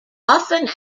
often